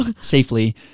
safely